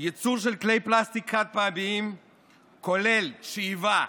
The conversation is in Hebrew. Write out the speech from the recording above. ייצור של כלי פלסטיק חד-פעמיים כולל שאיבה,